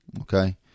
okay